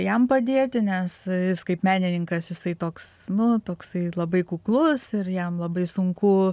jam padėti nes jis kaip menininkas jisai toks nu toksai labai kuklus ir jam labai sunku